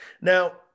Now